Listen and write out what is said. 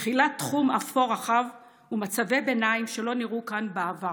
מכילה תחום אפור רחב ומצבי ביניים שלא נראו כאן בעבר: